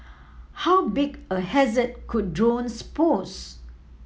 how big a hazard could drones pose